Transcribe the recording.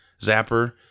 zapper